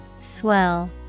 Swell